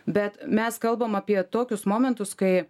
bet mes kalbam apie tokius momentus kai